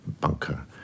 bunker